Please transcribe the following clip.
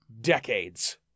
decades